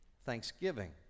thanksgiving